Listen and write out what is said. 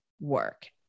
work